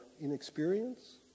inexperience